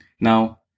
Now